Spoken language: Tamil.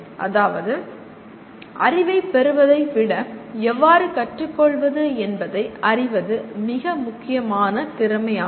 அதாவது அறிவைப் பெறுவதை விட எவ்வாறு கற்றுக்கொள்வது என்பதை அறிவது மிக முக்கியமான திறமையாகும்